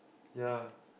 ya